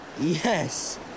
yes